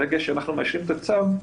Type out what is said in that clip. ברגע שתאשרו את הצו,